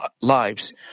lives